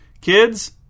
Kids